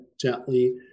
gently